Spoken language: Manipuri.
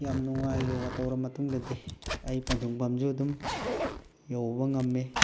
ꯌꯥꯝ ꯅꯨꯡꯉꯥꯏ ꯌꯣꯒꯥ ꯇꯧꯔ ꯃꯇꯨꯡꯗꯗꯤ ꯑꯩ ꯄꯟꯊꯨꯡꯐꯝꯁꯨ ꯑꯗꯨꯝ ꯌꯧꯕ ꯉꯝꯃꯦ